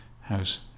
how's